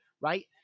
right